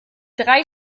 drei